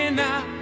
now